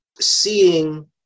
seeing